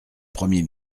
premier